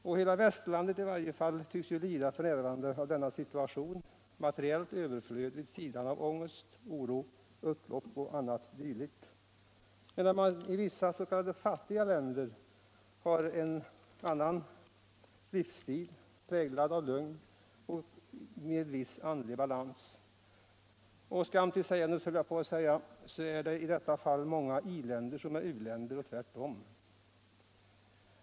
I varje fall hela västerlandet tycks f.n. lida av denna situation — materiellt överflöd vid sidan av ångest, oro, upplopp o. d., medan man i vissa s.k. fattiga länder har en annan livsstil präglad av lugn och viss andlig balans. Skam till sägandes — höll jag på att säga — så är det i detta fall många i-länder som är u-länder och tvärtom.